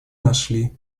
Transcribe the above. нашли